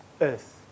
earth